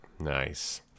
nice